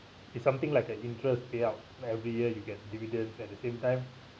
it's something like an interest payout every year you get dividends at the same time